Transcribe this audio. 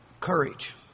courage